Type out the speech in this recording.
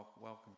Welcome